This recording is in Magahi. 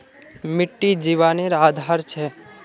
मिटटी जिवानेर आधार छे